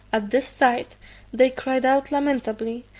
at this sight they cried out lamentably,